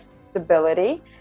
stability